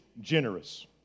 generous